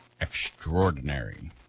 Extraordinary